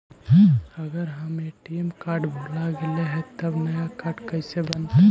अगर हमर ATM card भुला गैलै हे तब नया काड कइसे बनतै?